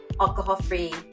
alcohol-free